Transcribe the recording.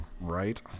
right